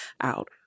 out